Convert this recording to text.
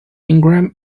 ingram